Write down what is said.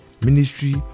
ministry